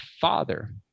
father